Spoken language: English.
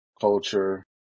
culture